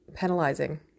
Penalizing